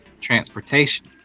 Transportation